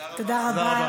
תודה רבה.